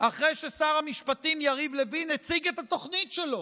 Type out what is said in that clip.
אחרי ששר המשפטים יריב לוין הציג את התוכנית שלו,